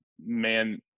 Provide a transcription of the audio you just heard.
man